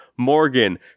Morgan